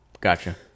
gotcha